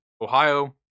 Ohio